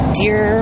dear